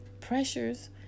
pressures